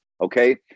okay